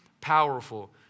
powerful